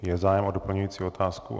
Je zájem o doplňující otázku.